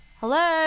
Hello